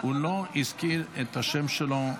הוא לא הזכיר את השם שלו.